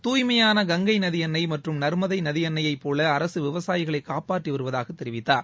தூய்மையான கங்கை நதியன்னை மற்றும் நர்மதை நதியன்னையைப் போல அரசு விவசாயிகளைக் காப்பாற்றி வருவதாக தெரிவித்தார்